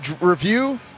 review